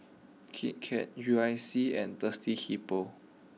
Kit Kat U I C and Thirsty Hippo